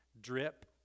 drip